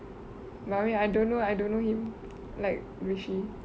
but I mean I don't know I don't know him like rishi